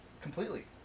Completely